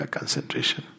Concentration